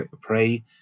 pray